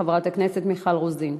חברת הכנסת מיכל רוזין.